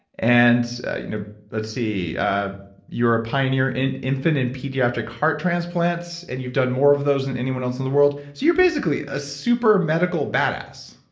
and you know let's see you're a pioneer in infant and pediatric heart transplants, and you've done more of those than anyone else in the world, so you're basically a super medical badass